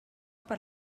per